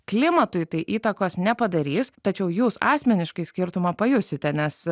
klimatui tai įtakos nepadarys tačiau jūs asmeniškai skirtumą pajusite nes